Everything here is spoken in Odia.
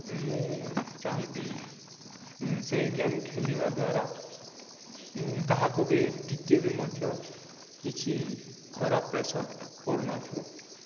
ମୁଁ ଚାହିଁବି ସେଇ ଗେମ୍ ଖେଳିବା ଦ୍ୱାରା କାହାକୁ ବି ଟିକେ ବି ମଧ୍ୟ କିଛି ଖରାପ ପ୍ରେସର ପଡ଼ୁନଥିବ